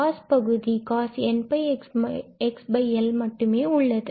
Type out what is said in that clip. cos cosnxL மட்டுமே உள்ளது